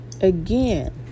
again